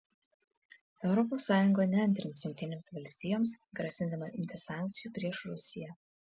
europos sąjunga neantrins jungtinėms valstijoms grasindama imtis sankcijų prieš rusiją